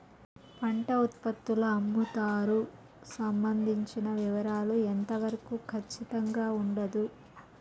పంట ఉత్పత్తుల అమ్ముతారు సంబంధించిన వివరాలు ఎంత వరకు ఖచ్చితంగా ఉండదు?